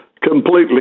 completely